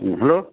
ꯎꯝ hello